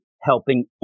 helping